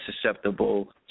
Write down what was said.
susceptible